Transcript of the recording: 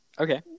Okay